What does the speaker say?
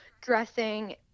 dressing